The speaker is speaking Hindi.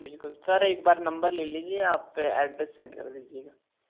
बिल्कुल सर एक बार नंबर ले लीजिए आप ऐड्रेस सेंड कर दीजिएगा